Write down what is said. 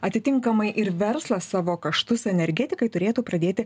atitinkamai ir verslas savo kaštus energetikai turėtų pradėti